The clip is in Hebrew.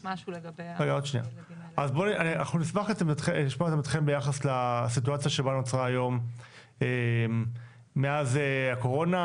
אנחנו נשמח לשמוע את עמדתכם ביחס לסיטואציה שנוצרה היום מאז הקורונה,